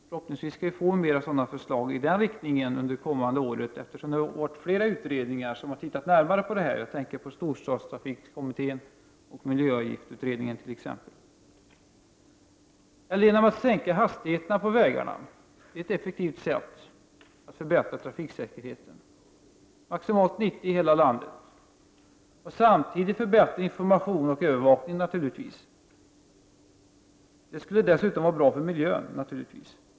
Förhoppningsvis skall vi få flera förslag i den riktningen under det kommande året, eftersom flera utredningar har sysslat med detta. Jag tänker på storstadstrafikkommittén och miljöavgiftsutredningen t.ex. Att sänka hastigheterna på vägarna är ett effektivt sätt att förbättra trafiksäkerheten — maximalt 90 km i timmen i hela landet och samtidigt förbättrad information och övervakning naturligtvis. Det skulle dessutom vara bra för miljön.